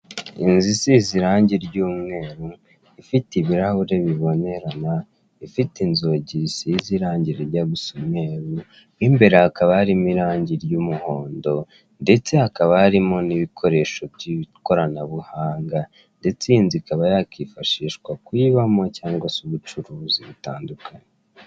Inzu isize irange ry'umweru ifite ibirahure bibonerana, ifite inzugi zisize irange rijya gusa umweru, mu imbere hakaba harimo irange ry'umuhondo ndetse hakaba harimo n'ibikoresho by'ikoranabuhanga ndetse iyi nzu ikaba yakifashishwa kuyibamo cyangwa se ubucuruzi butandukanye.